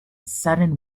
sudden